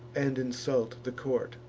and insult the court.